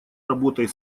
работой